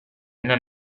non